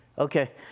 Okay